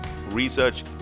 research